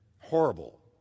horrible